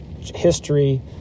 history